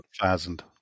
thousand